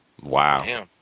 Wow